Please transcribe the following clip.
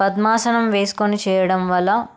పద్మాసనం వేసుకొని చేయడం వల్ల